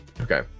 Okay